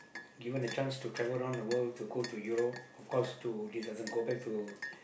given a chance to travel around the world to go to Europe of course to this doesn't go back to